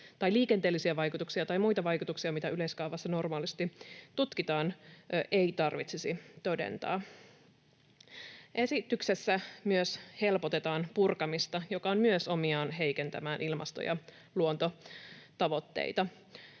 tai liikenteellisiä vaikutuksia tai muita vaikutuksia, mitä yleiskaavassa normaalisti tutkitaan, ei tarvitsisi todentaa? Esityksessä myös helpotetaan purkamista, mikä on myös omiaan heikentämään ilmasto- ja luontotavoitteita.